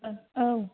औ